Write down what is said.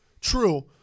True